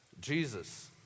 Jesus